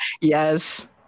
yes